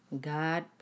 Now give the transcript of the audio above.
God